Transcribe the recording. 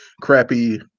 crappy